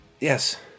yes